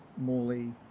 Morley